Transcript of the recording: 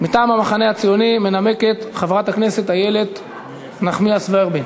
מטעם המחנה הציוני מנמקת חברת הכנסת איילת נחמיאס ורבין.